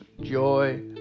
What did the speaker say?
joy